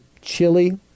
chili